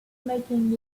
making